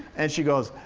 and she goes,